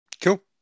Cool